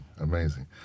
amazing